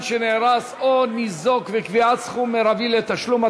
שנהרס או ניזוק וקביעת סכום מרבי לתשלום),